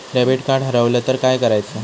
Debit card हरवल तर काय करायच?